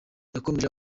yakomeje